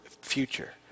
future